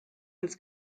als